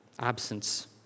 absence